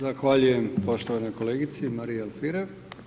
Zahvaljujem poštovanoj kolegici Mariji Alfirev.